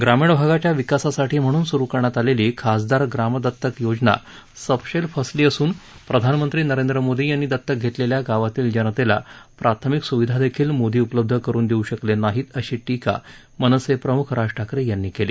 ग्रामीण भागाच्या विकासासाठी म्हणून सुरू करण्यात आलेली खासदार ग्राम दत्तक योजना सपशेल फसली असून प्रधानमंत्री नरेंद्र मोदी यांनी दत्तक घेतलेल्या गावातील जनतेला प्राथमिक सुविधा देखील मोदी उपलब्ध करून देऊ शकले नाहीत अशी टीका मनसे प्रमुख राज ठाकरे यांनी केली